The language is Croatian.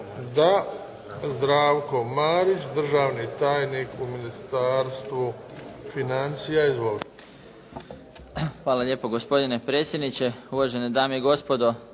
Da. Zdravko Marić državni tajnik u Ministarstvu financija. Izvolite. **Marić, Zdravko** Hvala lijepo. Gospodine predsjedniče, uvažene dame i gospodo